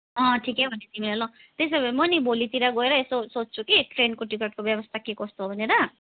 अँ ठिकै भन्यौँ तिमीले ल त्यसो भए म नि भोलितिर गएर यसो सोध्छु कि ट्रेनको टिकटको व्यवस्था के कस्तो भनेर